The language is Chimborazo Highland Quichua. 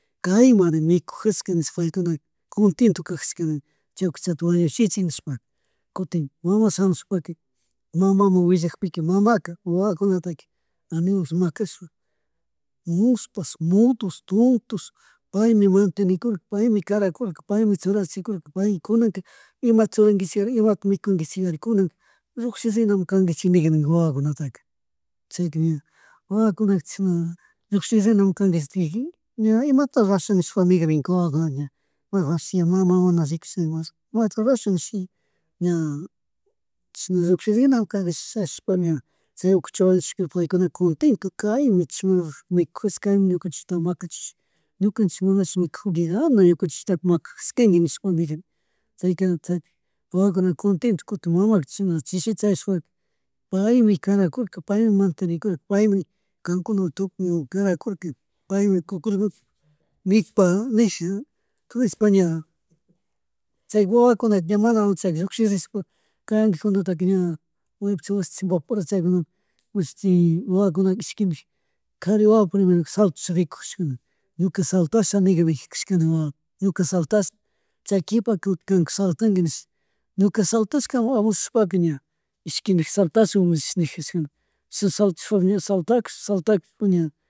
Kaymari mikujashka paykuna contento kajashkani chay ukuchta wañuchinchik nishpaka kutin mama shamushpaka mamawan willakpika mamaka wawakunataka animal, mashpa mushpas mudos, tontos, paymi mantenikurka paymi karakurka paymi churachikurka pay kunanaka imata churanguichiyari imata mikunguichiyari, kunaka lluckshillinami kanguichik nig wawakunataka chayka ña wawakuna chishna lluckshirinami kangui niji ña imata rasha bishpa nigrikuna wawakunaka ña, mama mana rikusha imata rurashun nishi ña chishan llullirinami kan nishashpami chay ukucha wanushka paykunaka kuntintu kaymi chishan rurashpa mikujasha ñukanchik makachish ñunkanchig munashpamikujina degana ñukanchikta makajashkangui nishpa nijika chayti chayka wawakuna kuntwnto kutin mamaka chishita chayashpaka paymi kanakurka, paymi mantenikurka paymi kankuna tukuymun karakurka paymi nishpa, nish, ña chaypuk wawakuna ña mana chaytik llushirishpa kajekunata ña maypi churashpa chimbapura chaykunapi churashpa mashti wawakuna ishkindin kari wawa purin saltash rikujashka nin ñuka saltasha neg, negkashka ñuka saltasha chay kipa kutin kan saltangui nish ñuka saltakaman abansahskapa ña ishkindik saltashun nish nijashkuna chashna saltaspa ña saltakush, saltakushpa ña